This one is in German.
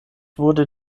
wurde